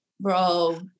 bro